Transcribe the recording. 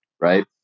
right